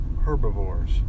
herbivores